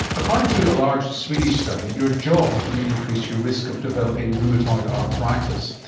according to a large swedish study, your job may increase your risk of developing rheumatoid arthritis,